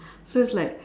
so it's like